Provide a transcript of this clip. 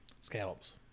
Scallops